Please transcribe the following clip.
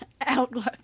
outlook